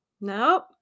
Nope